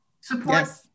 support